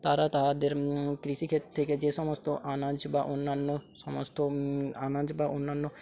তারা তাহাদের কৃষিক্ষেত্র থেকে যে সমস্ত আনাজ বা অন্যান্য সমস্ত আনাজ বা অন্যান্য